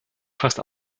fast